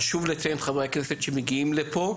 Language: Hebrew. חשוב לציין את חברי הכנסת שמגיעים לפה,